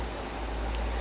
ya tom holland